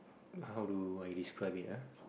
how do I describe it ah